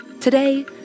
Today